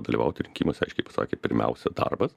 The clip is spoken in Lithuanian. dalyvauti rinkimuose aiškiai pasakė pirmiausia darbas